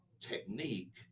technique